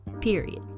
Period